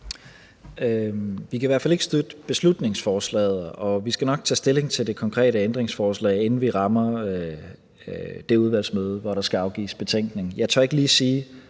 Vi kan i hvert fald ikke støtte beslutningsforslaget, og vi skal nok tage stilling til det konkrete ændringsforslag, inden vi rammer det udvalgsmøde, hvor der skal afgives betænkning. Jeg tør ikke lige sige,